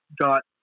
got